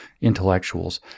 intellectuals